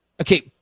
Okay